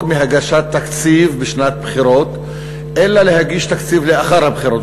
מהגשת תקציב בשנת בחירות ולהגיש תקציב לאחר הבחירות.